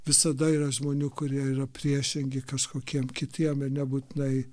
visada yra žmonių kurie yra priešingi kažkokiem kitiem ir nebūtinai